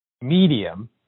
medium